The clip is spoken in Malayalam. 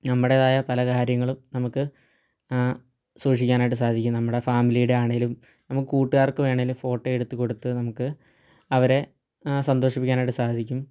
നമ്മുടേതായ പല കാര്യങ്ങളും നമുക്ക് സൂക്ഷിക്കാനായിട്ട് സാധിക്കും നമ്മുടെ ഫാമിലീടെ ആണേലും നമ്മുടെ കൂട്ടുകാർക്ക് വേണേലും ഫോട്ടോയെടുത്ത് കൊടുത്ത് നമുക്ക് അവരെ സന്തോഷിപ്പിക്കാനായിട്ട് സാധിക്കും